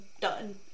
done